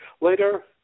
Later